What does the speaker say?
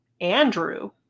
Andrew